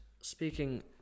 Speaking